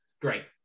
great